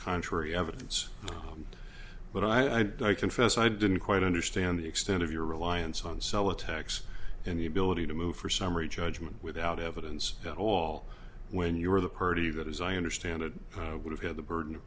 contrary evidence but i confess i didn't quite understand the extent of your reliance on cell attacks and the ability to move for summary judgment without evidence at all when you are the party that as i understand it would have had the burden of